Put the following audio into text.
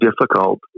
difficult